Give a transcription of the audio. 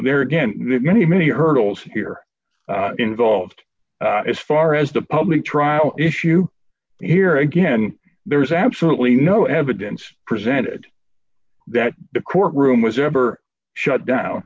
there again many many hurdles here involved as far as the public trial issue here again there's absolutely no evidence presented that the court room was ever shut down